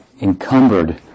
encumbered